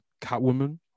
Catwoman